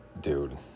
dude